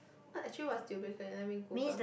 what actually what is deal breaker let me Google